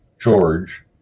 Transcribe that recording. George